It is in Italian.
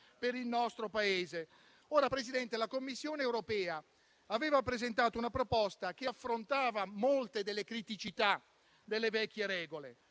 per il nostro Paese. La Commissione europea aveva presentato una proposta che affrontava molte delle criticità delle vecchie regole: